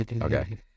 Okay